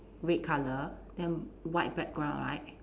red colour then white background right